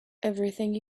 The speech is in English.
everything